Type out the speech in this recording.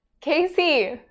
Casey